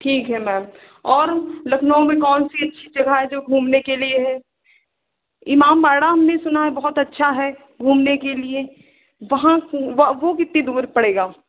और लखनऊ में कौन सी अच्छी जगह है जो घूमने के लिए है इमामबाड़ा हमने सुना है बहुत अच्छा है घूमने के लिए वहाँ वह कितनी दूर पड़ेगा